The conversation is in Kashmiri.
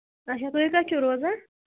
اَچھا تُہۍ کَتہِ چھِو روزان